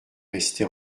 resté